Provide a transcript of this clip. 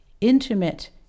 intimate